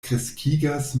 kreskigas